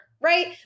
right